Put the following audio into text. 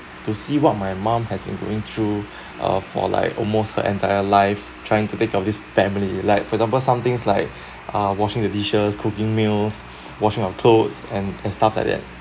to see what my mum has been going through uh for like almost her entire life trying to take of this family like for example somethings like uh washing the dishes cooking meals washing your clothes and and stuff like that